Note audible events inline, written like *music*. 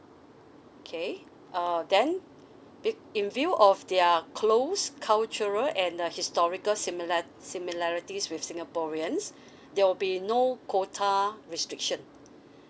okay uh then be~ in view of their close cultural and the historical similar~ similarities with singaporeans *breath* there will be no quota restriction